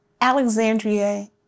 Alexandria